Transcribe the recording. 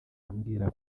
ambwira